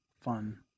fun